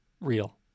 Real